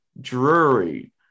Drury